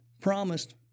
promised